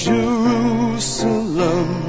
Jerusalem